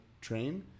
train